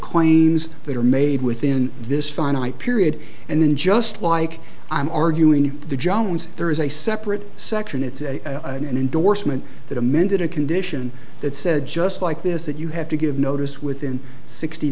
claims that are made within this finite period and then just like i'm arguing the jones there is a separate section it's an endorsement that amended a condition that said just like this that you have to give notice within sixty